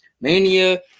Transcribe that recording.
Mania